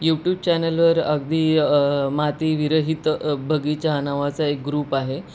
YouTube चॅनलवर अगदी मातीविरहित बगीचा हा नावाचा एक ग्रुप आहे